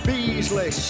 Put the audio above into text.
Beasley